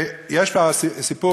יש סיפור,